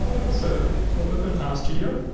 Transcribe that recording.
so we'll open ah rstudio,